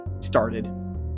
started